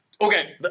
Okay